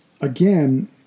again